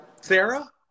Sarah